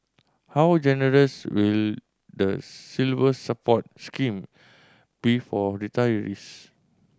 how generous will the Silver Support scheme be for retirees